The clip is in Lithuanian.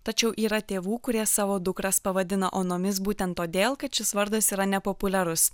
tačiau yra tėvų kurie savo dukras pavadina onomis būtent todėl kad šis vardas yra nepopuliarus